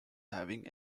having